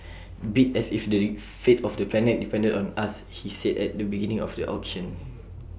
bid as if the fate of the planet depended on us he said at the beginning of the auction